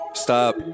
Stop